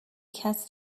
کسی